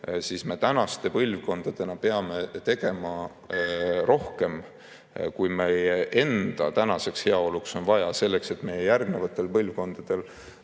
palju me tänaste põlvkondadena peame tegema rohkem, kui meie enda tänaseks heaoluks on vaja, selleks et meie järgnevatel põlvkondadel